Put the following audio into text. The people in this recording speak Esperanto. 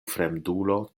fremdulo